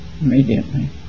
immediately